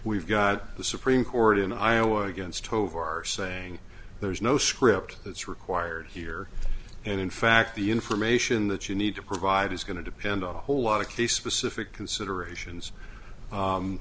we've got the supreme court in iowa against tovar saying there's no script that's required here and in fact the information that you need to provide is going to depend on a whole lot of case pacific considerations